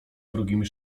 wrogimi